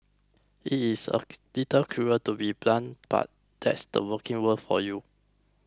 it's a little cruel to be so blunt but that's the working world for you